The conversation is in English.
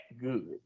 good